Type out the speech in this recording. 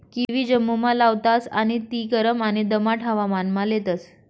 kiwi जम्मुमा लावतास आणि ती गरम आणि दमाट हवामानमा लेतस